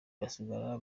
basigara